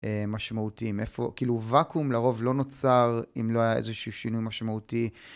משמעותיים איפה כאילו וואקום לרוב לא נוצר אם לא היה איזשהו שינוי משמעותי.